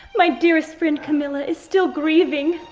my dearest friend camilla. is still grieving.